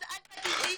אז אל תגיד לי